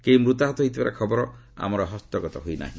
କେହି ମୂତାହତ ହୋଇଥିବାର ଖବର ଆମର ହସ୍ତଗତ ହୋଇ ନାହିଁ